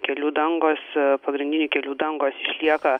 kelių dangos pagrindinių kelių dangos išlieka